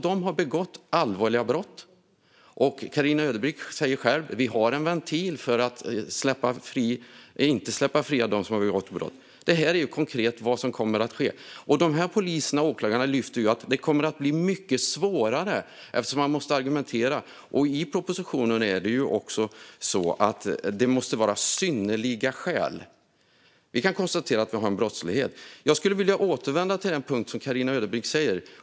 De har begått allvarliga brott, och Carina Ödebrink säger själv att vi har en ventil för att inte släppa dem som har begått brott fria. Detta är konkret vad som kommer att ske. Dessa poliser och åklagare lyfter fram att det kommer att bli mycket svårare, eftersom man måste argumentera. Enligt propositionen måste det vara fråga om synnerliga skäl. Vi kan konstatera att vi har en brottslighet. Jag skulle vilja återvända till den punkt som Carina Ödebrink tog upp.